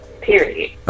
period